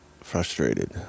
frustrated